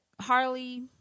Harley